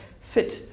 fit